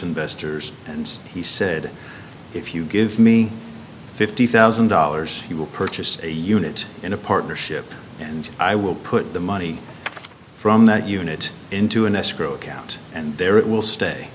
investors and he said if you give me fifty thousand dollars you will purchase a unit in a partnership and i will put the money from that unit into an escrow account and there it will stay